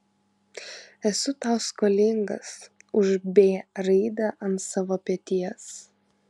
esu tau skolingas už b raidę ant savo peties